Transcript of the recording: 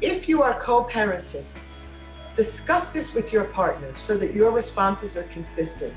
if you are co-parenting discuss this with your partner so that your responses are consistent